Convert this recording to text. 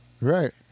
Right